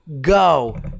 go